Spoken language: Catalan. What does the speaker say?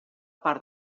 part